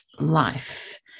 life